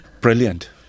brilliant